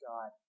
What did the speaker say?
God